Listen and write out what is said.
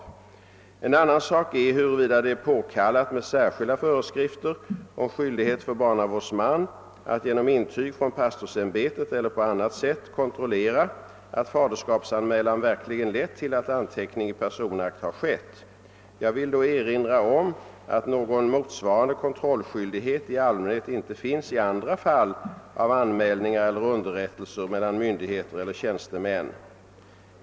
En annan sak är huruvida det är påkallat med särskilda föreskrifter om skyldighet för barnavårdsman att genom intyg från pastorsämbetet eller på annat sätt kontrollera att faderskapsanmälan verkligen lett till att anteckning i personakt har skett. Jag vill då erinra om att någon motsvarande kontrollskyldighet i allmänhet inte finns i andra fall av anmälningar eller underrättelser mellan myndigheter eller tjänstemän.